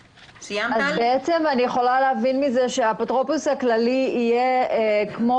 בעצם אני יכולה להבין מזה שהאפוטרופוס הכללי יהיה כמו